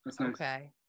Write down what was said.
Okay